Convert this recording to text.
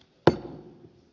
r a